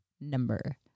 number